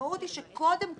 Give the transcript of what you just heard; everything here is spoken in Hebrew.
המשמעות היא שקודם כל,